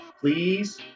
please